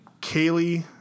Kaylee